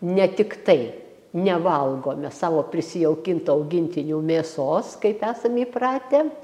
ne tiktai nevalgome savo prisijaukintų augintinių mėsos kaip esame įpratę